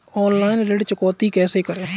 Online ऋण चुकौती कैसे करें?